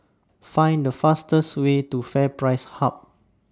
Find The fastest Way to FairPrice Hub